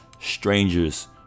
strangers